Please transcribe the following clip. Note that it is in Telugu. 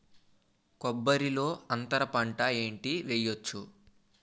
కొబ్బరి లో అంతరపంట ఏంటి వెయ్యొచ్చు?